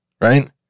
Right